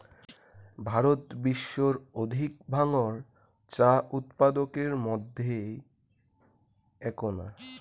ভারত বিশ্বর অধিক ডাঙর চা উৎপাদকের মইধ্যে এ্যাকনা